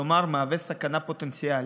כלומר מהווה סכנה פוטנציאלית,